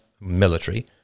military